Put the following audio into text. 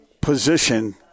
position